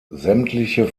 sämtliche